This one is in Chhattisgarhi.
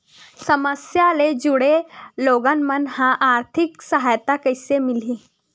समस्या ले जुड़े लोगन मन ल आर्थिक सहायता कइसे मिलही?